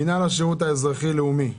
מינהל השירות האזרחי לאומי.